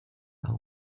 are